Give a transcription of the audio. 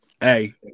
Hey